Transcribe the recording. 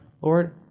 Lord